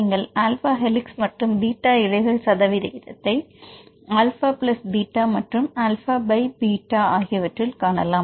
நீங்கள் alpha helix மற்றும் beta இழைகள் சதவீதத்தை ஆல்ஃபா ப்ளஸ் பீட்டா மற்றும் ஆல்ஃபா பை பீட்டா ஆகியவற்றில் காணலாம்